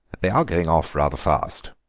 they are going off rather fast.